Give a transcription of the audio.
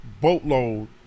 boatload